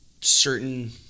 certain